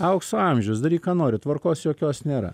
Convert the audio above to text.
aukso amžius daryk ką nori tvarkos jokios nėra